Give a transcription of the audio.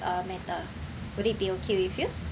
uh matter would it be okay with you